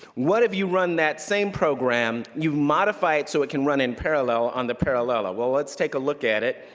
what if you run that same program. you modify it so it can run in parallel on the parallella. well, let's take a look at it,